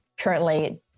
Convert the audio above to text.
currently